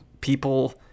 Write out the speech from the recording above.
people